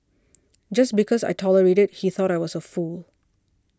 just because I tolerated he thought I was a fool